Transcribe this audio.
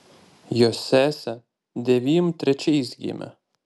jo sesė devym trečiais gimė